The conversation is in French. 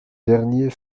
dernier